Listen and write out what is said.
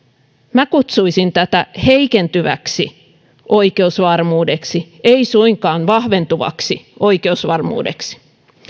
minä kutsuisin tätä heikentyväksi oikeusvarmuudeksi en suinkaan vahventuvaksi oikeusvarmuudeksi